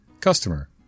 Customer